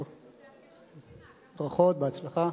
ברכות, בהצלחה.